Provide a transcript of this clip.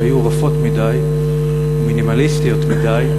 שהיו רפות מדי ומינימליסטיות מדי,